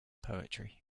poetry